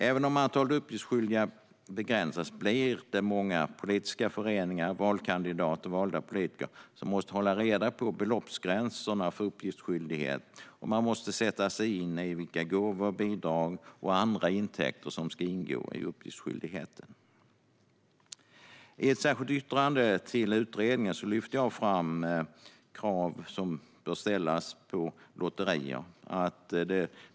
Även om antalet uppgiftsskyldiga begränsas måste många politiska föreningar, valkandidater och valda politiker hålla reda på beloppsgränserna för uppgiftsskyldighet, och man måste sätta sig in i vilka gåvor, bidrag och andra intäkter som ska ingå i uppgiftsskyldigheten. I ett särskilt yttrande till utredningen lyfte jag fram krav som bör ställas på lotterier.